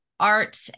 art